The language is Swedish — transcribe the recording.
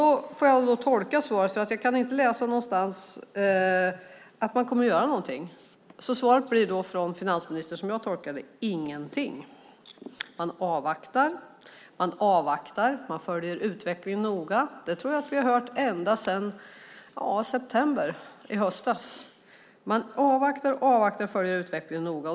Jag kan inte läsa någonstans att man kommer att göra någonting. Därför blir svaret från finansministern, som jag tolkar det: ingenting. Man avvaktar. Man följer utvecklingen noga. Det tror jag att vi har hört ända sedan september, i höstas. Man avvaktar och avvaktar och följer utvecklingen noga.